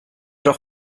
doch